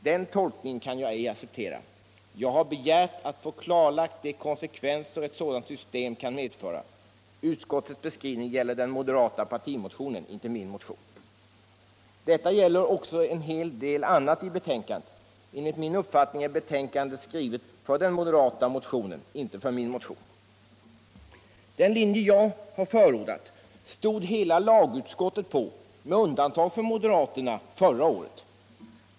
Den tolkningen kan jag ej acceptera. Jag har begärt att få klarlagt vilka konsekvenser ett sådant system kan medföra. Utskottets beskrivning gäller den moderata partimotionen, inte min motion. Detta gäller också en hel del annat i betänkandet. Enligt min uppfattning är betänkandet skrivet för den moderata motionen, inte för min motion. Den linje jag har förordat stod hela lagutskottet på — med undantag för moderaterna — förra året.